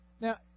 Now